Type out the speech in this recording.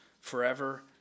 forever